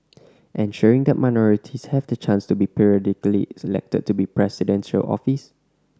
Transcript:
ensuring that minorities have the chance to be periodically elected to Presidential office